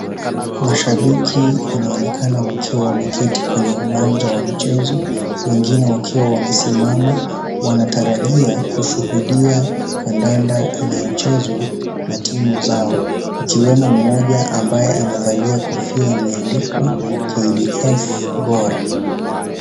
Mashabiki wanaonekana wakiwa wameketi kwenye uwanja wa mchezo wengine wakiwa wamesimama wanatarajia kushuhudia kadanda inayochezwa na timu zao ikiwemo mmoja ambaye amevalia kofia iliyoandikwa KDF Gor.